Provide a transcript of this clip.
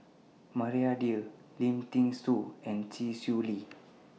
Maria Dyer Lim Thean Soo and Chee Swee Lee